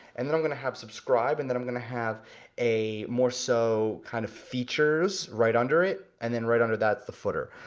and then i'm gonna have subscribe, and then i'm gonna have a more so kinda kind of features right under it, and then right under that, the footer.